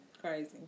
Crazy